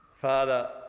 Father